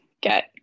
get